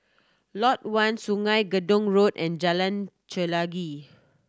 Lot One Sungei Gedong Road and Jalan Chelagi